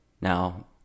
Now